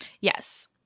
Yes